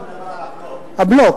הבלו.